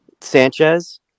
Sanchez